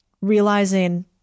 realizing